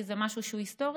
כי זה משהו שהוא היסטורי,